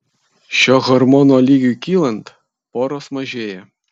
šio hormono lygiui kylant poros mažėja